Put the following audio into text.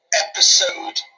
episode